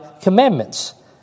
commandments